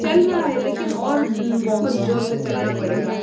चल रहा है लेकिन और बहुत जोर से चलना पड़ेगा